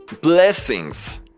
blessings